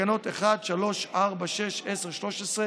תקנות 1, 3, 4, 6, 10, 13